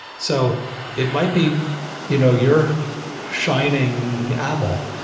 so it might be you know your shining apple.